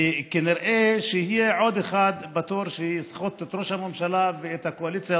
וכנראה שיהיה עוד אחד בתור שיסחט את ראש הממשלה ואת הקואליציה